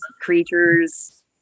creatures